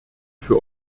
für